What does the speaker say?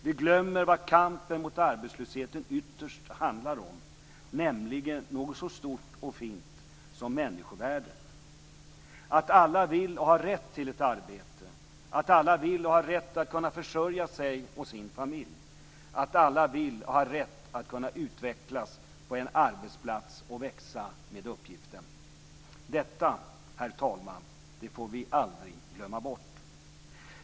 Vi glömmer vad kampen mot arbetslösheten ytterst handlar om, nämligen något så stort och fint som människovärdet. Alla vill ha och har rätt till ett arbete. Alla vill och har rätt att kunna försörja sig och sin familj. Alla vill och har rätt att kunna utvecklas på en arbetsplats och växa med uppgiften. Detta, herr talman, får vi aldrig glömma bort.